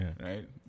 right